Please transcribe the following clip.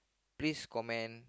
please comment